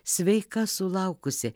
sveika sulaukusi